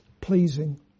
pleasing